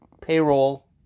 payroll